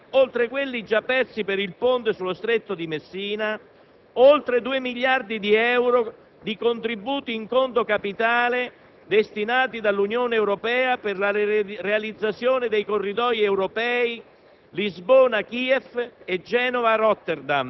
nel Nord; si fanno perdere all'Italia - oltre quelli già persi per il ponte sullo Stretto di Messina - più di 2 miliardi di euro di contributi in conto capitale destinati dall'Unione Europea per la realizzazione dei corridoi europei